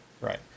Right